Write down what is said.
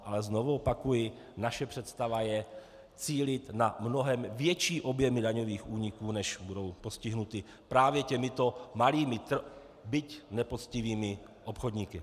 Ale znovu opakuji, naše představa je cílit na mnohem větší objemy daňových úniků, než budou postihnuty právě těmito malými, byť nepoctivými obchodníky.